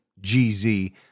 GZ